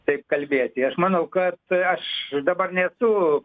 taip kalbėti aš manau kad aš dabar nesu